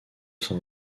son